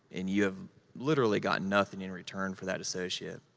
and you have literally gotten nothing in return for that associate.